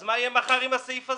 אז מה יהיה מחר עם הסעיף הזה?